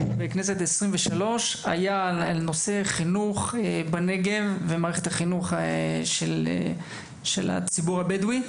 בכנסת 23 היה על נושא חינוך בנגב ועל מערכת החינוך של הציבור הבדואי.